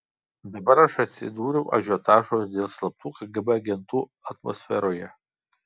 dabar aš atsidūriau ažiotažo dėl slaptų kgb agentų atmosferoje